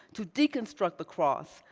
to deconstruct the cross,